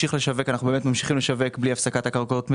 לשווק קרקעות מדינה; אנחנו ממשיכים לשווק בלי הפסקה את קרקעות המדינה,